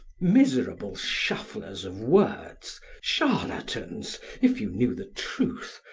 miserable shufflers of words, charlatans if you knew the truth,